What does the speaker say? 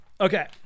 Okay